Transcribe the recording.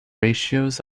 ratios